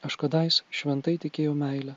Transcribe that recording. aš kadais šventai tikėjau meile